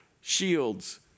shields